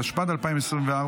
התשפ"ד 2024,